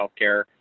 healthcare